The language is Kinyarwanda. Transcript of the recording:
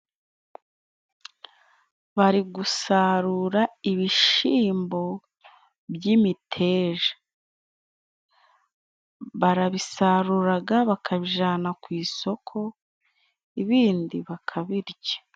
Bari gusarura ibishimbo by'imiteja, barabisaruraga bakabijana ku isoko ibindi bakabirya.